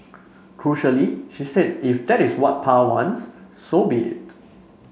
crucially she said If that is what Pa wants so be it